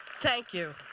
thank you.